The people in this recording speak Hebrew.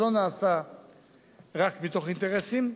זה לא נעשה רק מתוך אינטרסים,